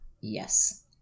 Yes